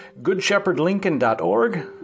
goodshepherdlincoln.org